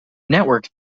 networks